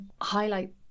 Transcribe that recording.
highlight